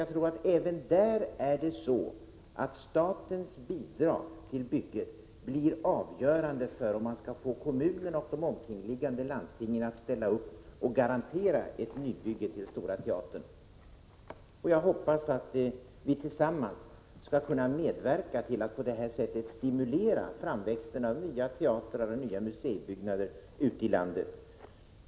Jag tror nämligen att statens bidrag även där blir avgörande för om man skall få kommunerna och de omkringliggande landstingen att ställa upp och garantera ett nybygge. Jag hoppas att vi tillsammans skall kunna medverka till att på detta sätt stimulera framväxten av nya teatrar och museibyggnader ute i landet.